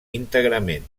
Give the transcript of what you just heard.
íntegrament